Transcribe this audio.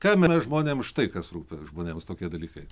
kam yra žmonėm štai kas rūpi žmonėms tokie dalykai